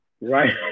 Right